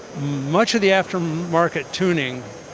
much of the aftermarket tuning